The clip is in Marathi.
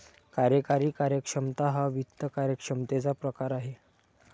कार्यकारी कार्यक्षमता हा वित्त कार्यक्षमतेचा प्रकार आहे